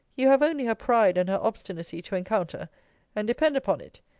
you have only her pride and her obstinacy to encounter and depend upon it,